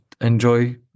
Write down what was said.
enjoy